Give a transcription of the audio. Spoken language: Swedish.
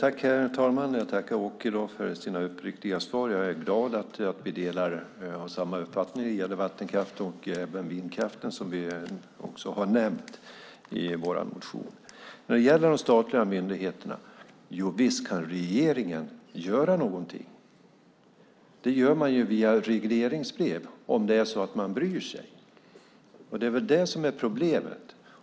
Herr talman! Jag tackar Åke för hans uppriktiga svar. Jag är glad att vi har samma uppfattning när det gäller vattenkraften och även vindkraften, som vi också har nämnt i vår motion. När det gäller de statliga myndigheterna, jovisst kan regeringen göra någonting. Det gör man ju via regleringsbrev om det är så att man bryr sig. Det är väl det som är problemet.